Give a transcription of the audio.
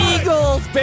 Eagles